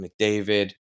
McDavid